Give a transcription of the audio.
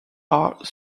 are